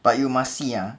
but you must see ah